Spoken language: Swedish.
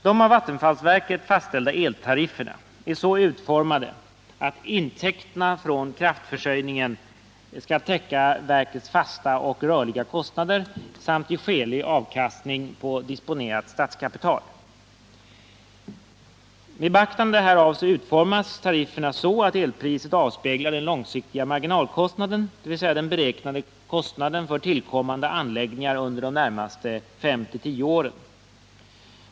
De av vattenfallsverket fastställda eltarifferna är så utformade att intäk = Nr 35 terna från kraftförsörjningen skall täcka verkets fasta och rörliga kostnader samt ge skälig avkastning på disponerat statskapital. Med beaktande härav utformas tarifferna så att elpriset avspeglar den långsiktiga marginalkostnaden, dvs. den beräknade kostnaden för tillkommande anläggningar under de närmaste 5-10 åren.